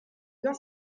bien